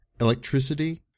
electricity